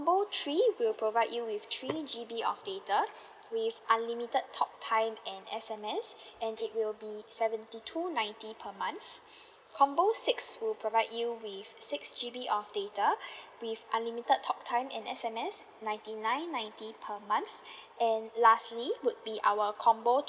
~bo three will provide you with three G_B of data with unlimited talk time and S_M_S and it will be seventy two ninety per month combo six will provide you with six G_B of data with unlimited talk time and S_M_S ninety nine ninety per month and lastly would be our combo